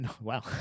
Wow